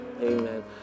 Amen